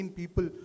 people